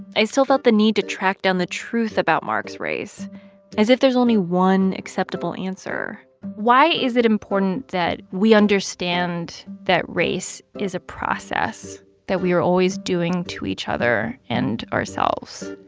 i still felt the need to track down the truth about mark's race as if there's only one acceptable answer why is it important that we understand that race is a process that we are always doing to each other and ourselves?